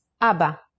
ABBA